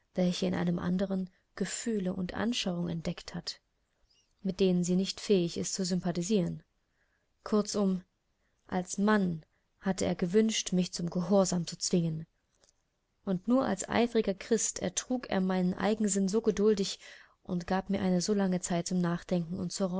welche in einem anderen gefühle und anschauungen entdeckt hat mit denen sie nicht fähig ist zu sympathisieren kurzum als mann hatte er gewünscht mich zum gehorsam zu zwingen und nur als eifriger christ ertrug er meinen eigensinn so geduldig und gab mir eine so lange zeit zum nachdenken und